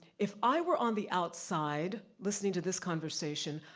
if i were on the outside listening to this conversation,